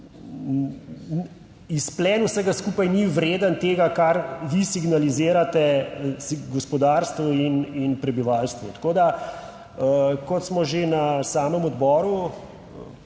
izplen vsega skupaj ni vreden tega, kar vi signalizirate gospodarstvu in prebivalstvu. Tako da, kot smo že na samem odboru